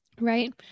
Right